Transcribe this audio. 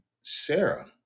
Sarah